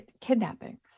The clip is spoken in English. kidnappings